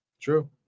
True